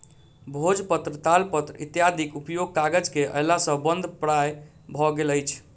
भोजपत्र, तालपत्र इत्यादिक उपयोग कागज के अयला सॅ बंद प्राय भ गेल अछि